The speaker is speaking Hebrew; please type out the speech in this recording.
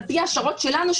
על פי ההשערות שלנו,